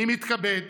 אני מתכבד,